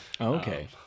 Okay